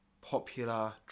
popular